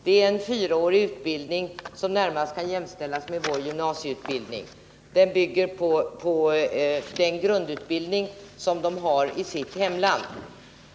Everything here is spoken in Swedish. Det är fråga om en fyraårig utbildning som närmast kan jämställas med vår gymnasieutbildning, och den bygger på den grundutbildning som libyerna har i sitt hemland.